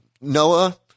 Noah